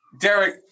Derek